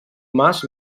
mas